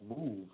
move